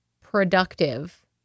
productive